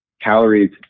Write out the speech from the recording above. calories